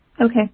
Okay